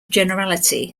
generality